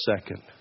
second